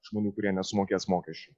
žmonių kurie nesumokės mokesčių